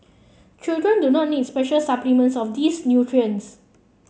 children do not need special supplements of these nutrients